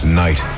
night